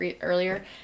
earlier